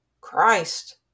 Christ